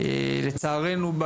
לצערנו,